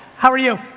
how are you?